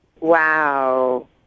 Wow